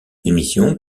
émission